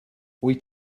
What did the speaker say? wyt